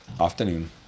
afternoon